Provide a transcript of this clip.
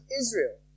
Israel